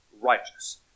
righteous